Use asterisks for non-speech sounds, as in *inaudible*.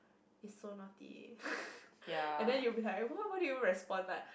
is so naughty *noise* and then you'll be like wh~ how do you respond like